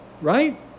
Right